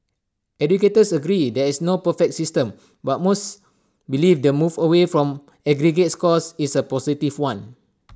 educators agree there is no perfect system but most believe their move away from aggregate scores is A positive one